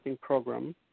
program